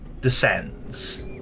descends